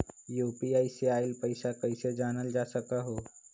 UPI से आईल पैसा कईसे जानल जा सकहु?